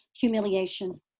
Humiliation